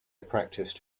practiced